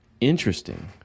interesting